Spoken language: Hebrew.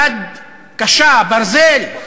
יד קשה, ברזל,